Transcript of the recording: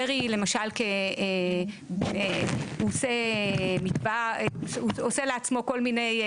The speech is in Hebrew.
ולמשל, במצב שהוא עושה לעצמו כל מיני,